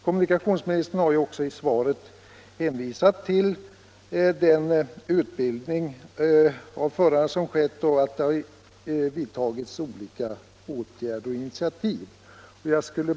Kommunikationsministern har också i svaret hänvisat till att utbildning av förare genom olika åtgärder och initiativ har ägt rum.